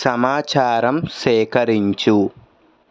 సమాచారం సేకరించు